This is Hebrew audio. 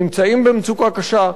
נמצאים במצוקה קשה,